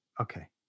Okay